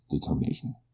determination